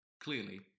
Clearly